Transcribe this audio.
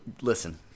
Listen